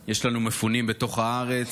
יש לנו מפונים בתוך הארץ,